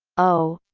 o,